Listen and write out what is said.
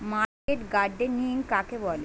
Market gardening কাকে বলে?